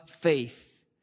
faith